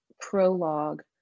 prologue